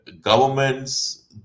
governments